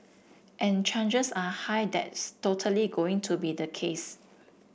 and changes are high that's totally going to be the case